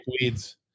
Weeds